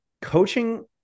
Coaching